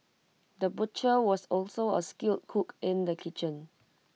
the butcher was also A skilled cook in the kitchen